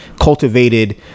cultivated